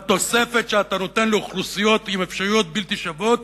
בתוספת שאתה נותן לאוכלוסיות עם אפשרויות בלתי שוות